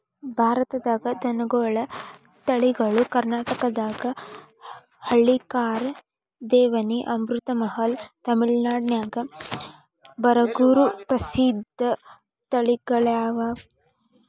ಭಾರತದಾಗ ದನಗೋಳ ತಳಿಗಳು ಕರ್ನಾಟಕದಾಗ ಹಳ್ಳಿಕಾರ್, ದೇವನಿ, ಅಮೃತಮಹಲ್, ತಮಿಳನಾಡಿನ್ಯಾಗ ಬರಗೂರು ಪ್ರಸಿದ್ಧ ತಳಿಗಳಗ್ಯಾವ